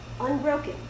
Unbroken